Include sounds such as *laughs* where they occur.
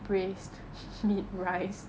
*laughs*